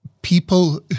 people